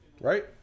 Right